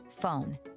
phone